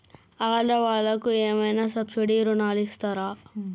ఆడ వాళ్ళకు ఏమైనా సబ్సిడీ రుణాలు ఇస్తారా?